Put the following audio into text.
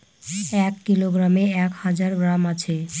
এক কিলোগ্রামে এক হাজার গ্রাম আছে